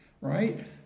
right